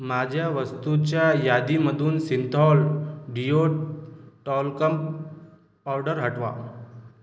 माझ्या वस्तूच्या यादीमधून सिंथॉल डीओ टॉल्कम पावडर हटवा